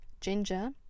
ginger